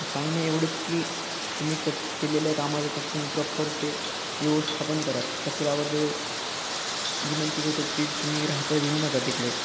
सांगनं एवढंच की तुम्ही क केलेल्या कामाचा तो तुम्ही प्रॉपर ते व्यवस्थापन करा कचऱ्या वगैरे विनंती करतो प्लीज तुम्ही राहतात येऊ नका तिकडे